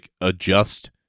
adjust